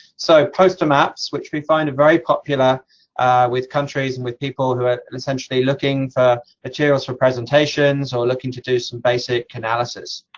so, poster maps, which we find very popular with countries and with people who are essentially looking for materials for presentations, or looking to do some basic analysis.